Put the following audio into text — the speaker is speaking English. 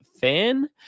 fan